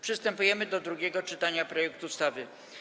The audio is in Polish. Przystępujemy do drugiego czytania projektu ustawy.